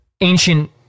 ancient